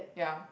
yeah